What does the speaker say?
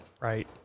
Right